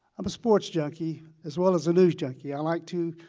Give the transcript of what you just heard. i'm a sports junkie as well as a news junkie. i like to